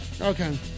Okay